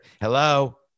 Hello